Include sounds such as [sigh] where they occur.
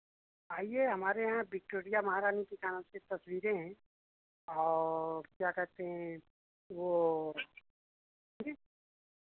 आइए हमारे यहाँ विक्टोरिया महारानी की [unintelligible] तस्वीरें हैं और क्या कहते हैं वो जी